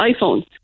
iPhone